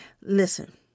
Listen